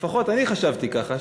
לפחות אני חשבתי ככה,